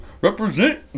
Represent